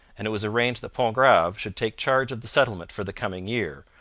and it was arranged that pontgrave should take charge of the settlement for the coming year,